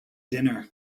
dinner